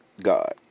God